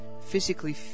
physically